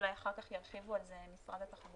אולי אחר כך ירחיבו על זה משרד התחבורה.